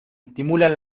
estimulan